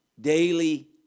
Daily